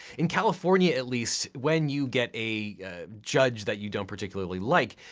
in california, at least, when you get a judge that you don't particularly like,